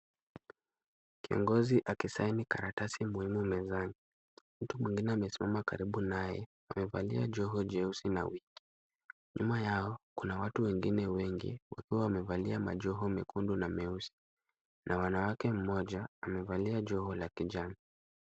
Kiongozi akisaini karatasi muhimu mezani. Mtu mwingine amesimama karibu naye. Amevalia joho jeusi na wigi . Nyuma yao kuna watu wengine wengi ambao wamevalia majoho mekundu na meusi na wanawake mmoja amevalia joho la kijani.